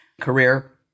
career